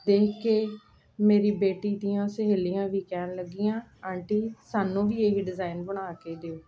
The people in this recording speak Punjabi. ਦੇਖ ਕੇ ਮੇਰੀ ਬੇਟੀ ਦੀਆਂ ਸਹੇਲੀਆਂ ਵੀ ਕਹਿਣ ਲੱਗੀਆਂ ਆਂਟੀ ਸਾਨੂੰ ਵੀ ਇਹੀ ਡਿਜ਼ਾਇਨ ਬਣਾ ਕੇ ਦਿਓ